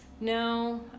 No